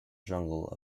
jungle